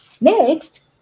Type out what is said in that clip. Next